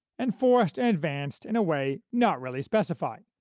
enforced and advanced in a way not really specified.